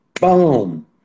boom